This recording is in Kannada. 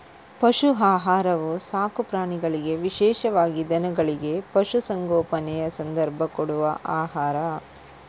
ಪಶು ಆಹಾರವು ಸಾಕು ಪ್ರಾಣಿಗಳಿಗೆ ವಿಶೇಷವಾಗಿ ದನಗಳಿಗೆ, ಪಶು ಸಂಗೋಪನೆಯ ಸಂದರ್ಭ ಕೊಡುವ ಆಹಾರ